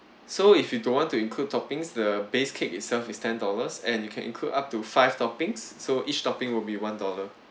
so if you don't want to include toppings the base cake itself is ten dollars and you can include up to five toppings so each topping will be one dollar